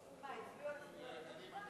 מה, הצביעו על ספרי לימוד כבר?